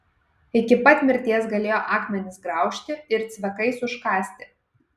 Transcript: iki pat mirties galėjo akmenis griaužti ir cvekais užkąsti